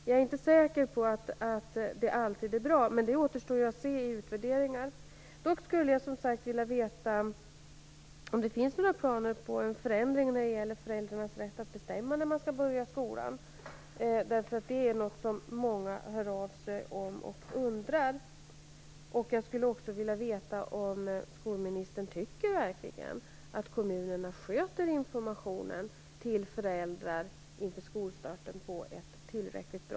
Jag är inte säker på att det alltid är bra, men det återstår att se i utvärderingar. Dock skulle jag vilja veta om det finns några planer på en förändring när det gäller föräldrarnas rätt att bestämma när barnen skall börja skolan. Det är något som många hör av sig om och undrar över. Jag skulle också vilja veta om skolministern verkligen tycker att kommunerna sköter informationen till föräldrar inför skolstarten på ett tillräckligt bra vis.